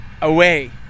away